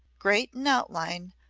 great in outline,